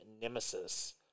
Nemesis